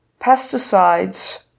pesticides